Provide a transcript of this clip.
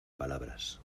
palabras